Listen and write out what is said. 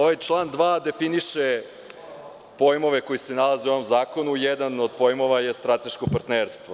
Ovaj član 2. definiše pojmove koji se nalaze u ovom zakonu i jedan od pojmova je strateško partnerstvo.